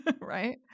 Right